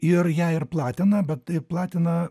ir jie ir platina bet platina